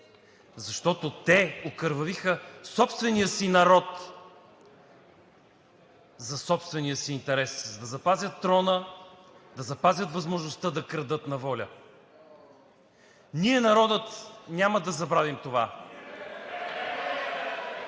защото те окървавиха собствения си народ за собствения си интерес, за да запазят трона и да запазят възможността да крадат на воля. Ние, народът, няма да забравим това!